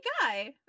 guy